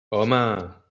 home